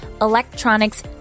electronics